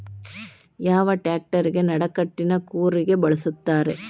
ಯಾವ ಟ್ರ್ಯಾಕ್ಟರಗೆ ನಡಕಟ್ಟಿನ ಕೂರಿಗೆ ಬಳಸುತ್ತಾರೆ?